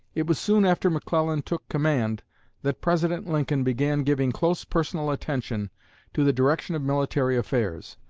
it was soon after mcclellan took command that president lincoln began giving close personal attention to the direction of military affairs.